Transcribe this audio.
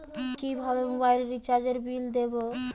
কিভাবে মোবাইল রিচার্যএর বিল দেবো?